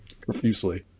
Profusely